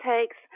takes